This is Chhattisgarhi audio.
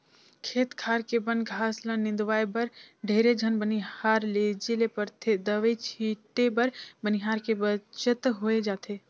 खेत खार के बन घास ल निंदवाय बर ढेरे झन बनिहार लेजे ले परथे दवई छीटे बर बनिहार के बचत होय जाथे